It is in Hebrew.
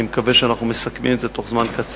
אני מקווה שאנחנו מסכמים את זה בתוך זמן קצר,